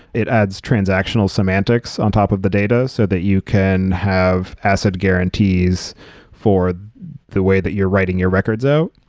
it adds transactional semantics on top of the data so that you can have asset guarantees for the way that your writing your records out.